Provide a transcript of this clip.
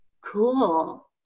cool